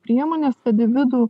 priemones kad į vidų